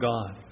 God